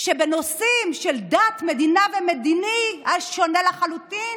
שבנושאים של דת, מדינה ומדיני אז שונה לחלוטין,